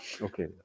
Okay